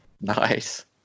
Nice